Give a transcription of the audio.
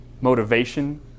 motivation